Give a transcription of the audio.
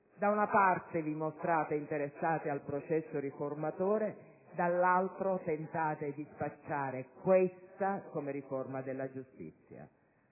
da una parte vi mostrate interessati al processo riformatore, dall'altra tentate di spacciare questa come riforma della giustizia.